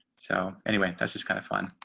so anyway, that's just kind of fun.